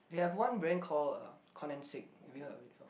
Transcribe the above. they have one brand call uh Koenigsegg have you heard of it before